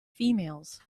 females